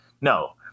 no